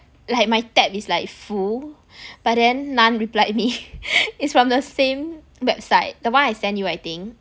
like my tab is like full but then none replied me it's from the same website the one I send you I think